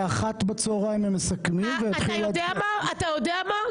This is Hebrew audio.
ב-13:00 הם מסכמים ויתחיל --- בועז,